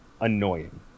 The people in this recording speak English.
annoying